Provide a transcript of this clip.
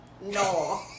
No